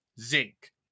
zinc